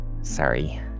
Sorry